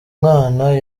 mwana